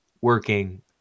working